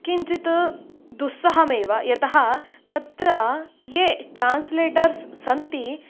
किञ्चित् दुस्सहमेव यतः तत्र ये ट्रान्स्लेटर्स् सन्ति